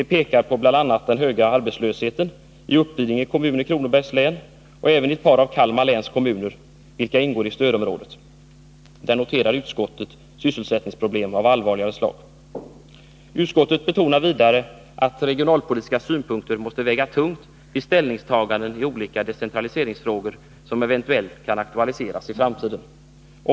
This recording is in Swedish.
a. pekar man på den höga arbetslösheten i Uppvidinge kommun i Kronobergs län. Även i fråga om ett par av Kalmar läns kommuner, vilka ingår i stödområdet, noterar utskottet sysselsättningsproblem av allvarligare slag. Utskottet betonar vidare att regionalpolitiska synpunkter måste väga tungt vid ställningstaganden i olika decentraliseringsfrågor som eventuellt kan aktualiseras i framtiden.